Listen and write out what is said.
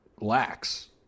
lacks